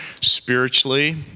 spiritually